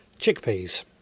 chickpeas